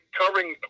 covering